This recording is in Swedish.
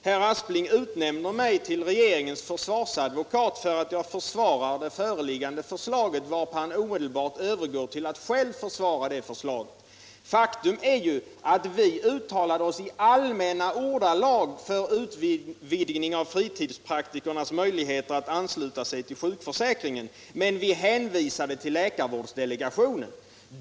Herr Aspling utnämner mig här till regeringens försvarsadvokat därför att jag försvarar det föreliggande förslaget — varpå han omedelbart själv övergår till att försvara samma förslag. Faktum är ju att vi uttalade oss i allmänna ordalag för en utvidgning av fritidspraktikernas möjligheter att ansluta sig till sjukförsäkringen, men vi hänvisade till läkarvårdsdelegationen.